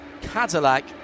cadillac